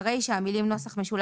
(1) ברישה, המילים ", תשנ"ה